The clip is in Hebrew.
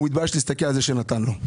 הוא מתבייש להסתכל על זה שנתן לו.